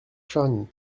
charny